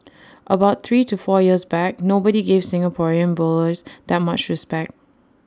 about three to four years back nobody gave Singaporean bowlers that much respect